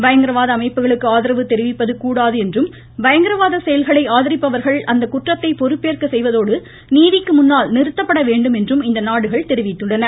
பயங்கரவாத அமைப்புகளுக்கு பயங்கரவாத செயல்களை ஆதரிப்பவர்கள் அந்த குற்றத்தை பொறுப்பேற்க செய்வதோடு நீதிக்கு முன்னால் நிறுத்தப்பட வேண்டும் என்றும் இந்நாடுகள் தெரிவித்துள்ளன